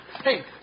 Hey